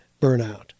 burnout